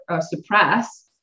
suppress